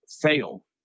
fail